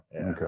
Okay